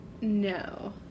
No